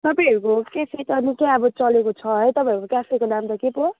तपाईँहरूको क्याफे त निक्कै अब चलेको छ है तपाईँहरू क्याफेको नाम त के पो